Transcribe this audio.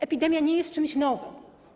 Epidemia nie jest czymś nowym.